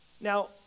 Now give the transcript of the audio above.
Now